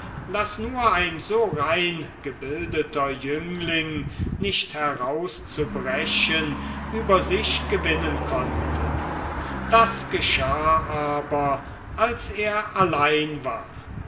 daß nur ein so rein gebildeter jüngling nicht herauszubrechen über sich gewinnen konnte das geschah aber als er allein war